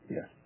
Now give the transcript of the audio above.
Yes